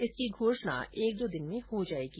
इसकी घोषणा एक दो दिन में हो जायेगी